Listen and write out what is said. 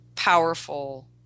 powerful